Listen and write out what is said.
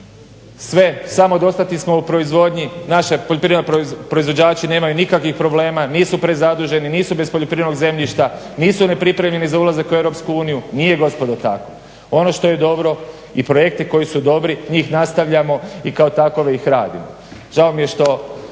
sve, samodostatni smo u proizvodnji. Naši poljoprivredni proizvođači nemaju nikakvih problema, nisu prezaduženi, nisu bez poljoprivrednog zemljišta, nisu nepripremljeni za ulazak u EU. Nije gospodo tako! Ono što je dobro, i projekte koji su dobri, njih nastavljamo i kao takve ih radimo. Žao mi je što